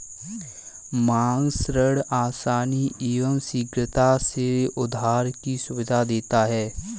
मांग ऋण आसानी एवं शीघ्रता से उधार की सुविधा देता है